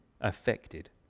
affected